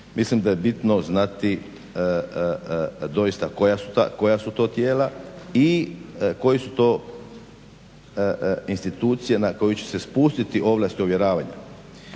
mislim da je bitno znati doista koja su to tijela i koje su to institucije na koju će se spustiti ovlast ovjeravanja.